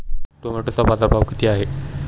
टोमॅटोचा बाजारभाव किती आहे?